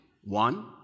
one